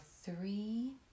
three